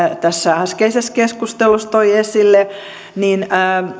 äskeisessä keskustelussa toi esille